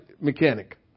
mechanic